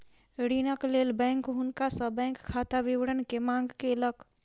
ऋणक लेल बैंक हुनका सॅ बैंक खाता विवरण के मांग केलक